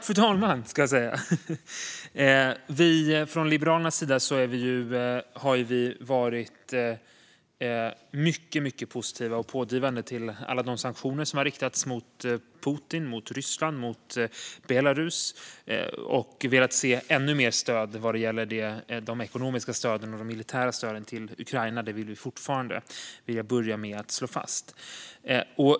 Fru talman! Från Liberalernas sida har vi varit mycket, mycket positiva och pådrivande när det gäller alla de sanktioner som har riktats mot Putin, Ryssland och Belarus och har velat se ännu mer ekonomiskt och militärt stöd till Ukraina. Det vill vi fortfarande; det vill jag börja med att slå fast.